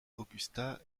augusta